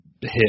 hit